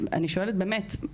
אני שואלת באמת,